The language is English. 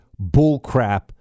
bullcrap